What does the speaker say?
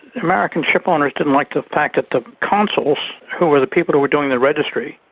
american shipowners didn't like the fact that the consuls, who were the people who were doing the registry,